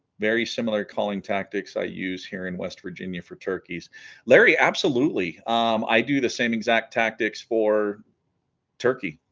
very similar calling tactics i use here in west virginia for turkeys larry absolutely i do the same exact tactics for turkey